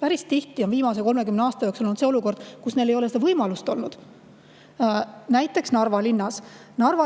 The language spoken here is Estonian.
päris tihti on viimase 30 aasta jooksul olnud olukord, kus neil ei ole seda võimalust olnud. Näiteks Narva